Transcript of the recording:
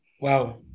Wow